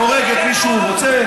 הורג את מי שהוא רוצה,